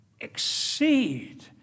exceed